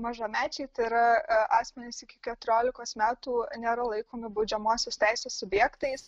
mažamečiai tai yra asmenys iki keturiolikos metų nėra laikomi baudžiamosios teisės subjektais